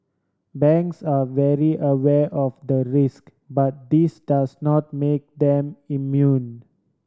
banks are very aware of the risk but this does not make them immune